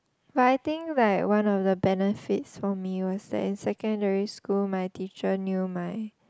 but I think like one of the benefits for me was that in secondary school my teacher knew my